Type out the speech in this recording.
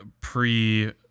pre